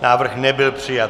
Návrh nebyl přijat.